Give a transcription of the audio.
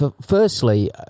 firstly